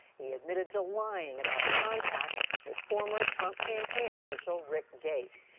he admitted to lying about contacts with former trump campaign official rick gates.